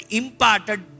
imparted